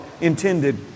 intended